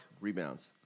rebounds